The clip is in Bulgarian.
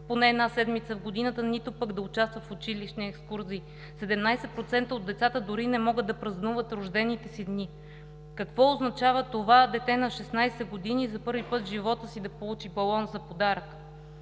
поне за една седмица в годината, нито пък да участва в училищни екскурзии, 17% от децата дори не могат да празнуват рождените си дни. Какво означава това дете на 16 г. за първи път в живота си да получи балон за подарък?